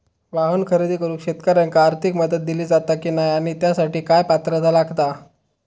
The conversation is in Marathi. वाहन खरेदी करूक शेतकऱ्यांका आर्थिक मदत दिली जाता की नाय आणि त्यासाठी काय पात्रता लागता?